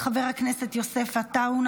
חבר הכנסת יוסף עטאונה,